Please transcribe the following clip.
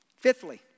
Fifthly